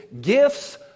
gifts